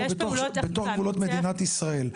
בתוך גבולות מדינת ישראל,